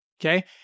Okay